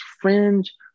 fringe